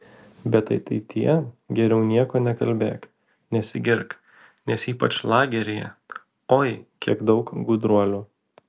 bet ateityje geriau nieko nekalbėk nesigirk nes ypač lageryje oi kiek daug gudruolių